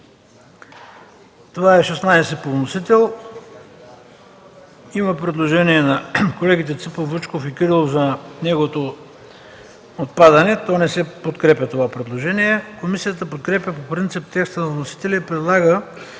По § 22 по вносител има предложение от колегите Ципов, Вучков и Кирилов за отпадане. Комисията не подкрепя предложението. Комисията подкрепя по принцип текста на вносителя и предлага